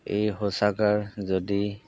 এই শৌচাগাৰ যদি